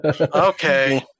okay